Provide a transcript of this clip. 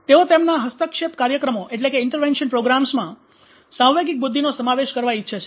તેઓ તેમના હસ્તક્ષેપ કાર્યક્રમો માં સાંવેગિક બુદ્ધિનો સમાવેશ કરવા ઇચ્છે છે